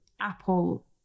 Apple